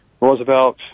Roosevelt